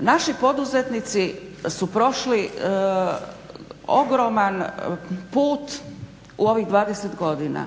Naši poduzetnici su prošli ogroman put u ovih 20 godina,